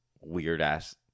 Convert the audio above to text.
weird-ass